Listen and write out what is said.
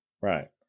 Right